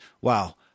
wow